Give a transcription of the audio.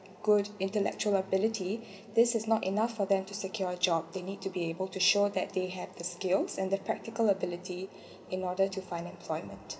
good intellectual ability this is not enough for them to secure a job they need to be able to show that they have the skills and their practical ability in order to find employment